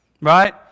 right